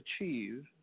achieve